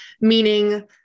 meaning